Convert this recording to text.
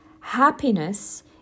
happiness